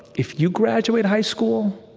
if you graduate high school,